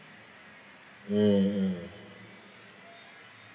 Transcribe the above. mm mm